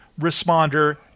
responder